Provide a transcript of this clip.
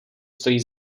stojí